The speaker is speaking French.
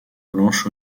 blanche